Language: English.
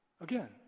Again